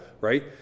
right